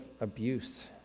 abuse